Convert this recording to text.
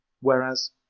Whereas